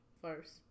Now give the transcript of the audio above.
first